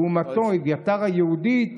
לעומתו, אביתר היהודית